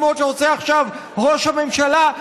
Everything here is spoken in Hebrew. כמו שעושה עכשיו ראש הממשלה,